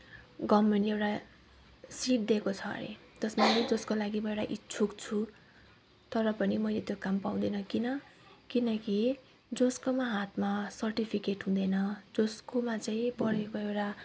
गभर्मेन्टले एउटा सिट दिएको छ अरे जसको लागि म इच्छुक छु तर पनि मेलै त्यो काम पाउँदिन किन किनकि जसकोमा हातमा सर्टिफिकेट हुँदैन जसकोमा चाहिँ पढेको एउटा